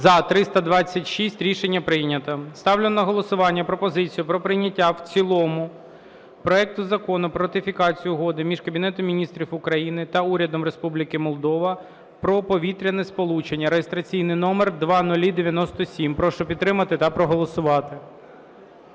За-326 Рішення прийнято. Ставлю на голосування пропозицію про прийняття в цілому проекту Закону про ратифікацію Угоди між Кабінетом Міністрів України та Урядом Республіки Молдова про повітряне сполучення (реєстраційний номер 0097). Прошу підтримати та проголосувати.